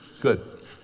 Good